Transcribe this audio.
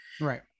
Right